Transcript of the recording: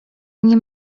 nie